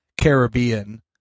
Caribbean